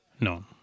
No